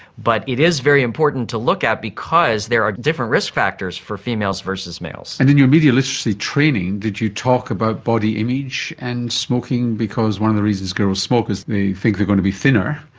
but it is very important to look at because there are different risk factors for females versus males. and in your media literacy training did you talk about body image and smoking, because one of the reasons girls smoke is they think they are going to be thinner,